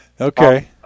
Okay